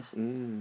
mm